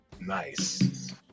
Nice